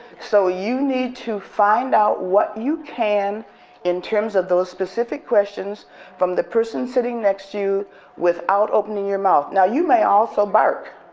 so you need to find out what you can in terms of those specific questions from the person sitting next to you without opening your mouth. now you may also bark.